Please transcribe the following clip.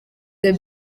the